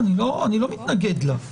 אני לא מתנגד לה.